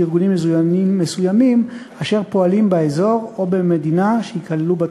ארגונים מזוינים מסוימים אשר פועלים באזור או במדינה שייכללו בתוספת.